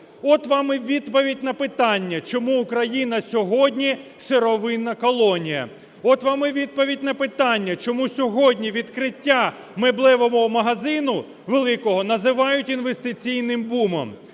От вам і відповідь на питання, чому Україна сьогодні сировинна колонія. От вам і відповідь на питання, чому сьогодні відкриття меблевого магазину, великого, називають інвестиційним бумом.